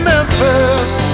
Memphis